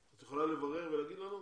את יכולה לברר ולהגיד לנו?